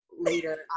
later